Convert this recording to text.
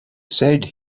said